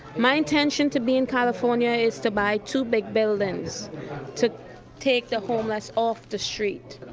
my intention to be in california is to buy two big buildings to take the homeless off the street.